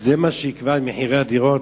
זה מה שיקבע את מחירי הדירות?